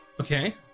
Okay